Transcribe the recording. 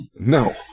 No